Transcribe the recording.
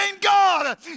God